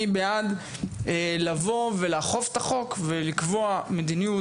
אני בעד לבוא ולאכוף את החוק ולקבוע מדיניות